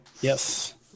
yes